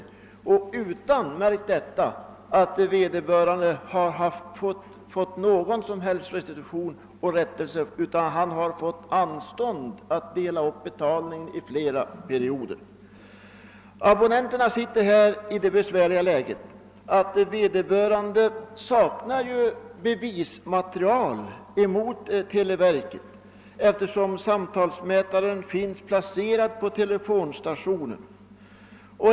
Detta har skett — märk väl — utan att vederbörande fått rättelse eller: någon som helst restitution. Det har endast lämnats anstånd med betalningen i form av en uppdelning härav på flera perioder. Abonnenterna befinner sig i det besvärliga läget att sakna bevismaterial mot televerket vid misstanke om felaktiga samtalsdebiteringar, eftersom samtalsmätaren är placerad på telefonstationen.